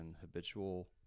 habitual